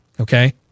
Okay